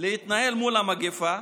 להתנהל מול המגפה,